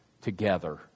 together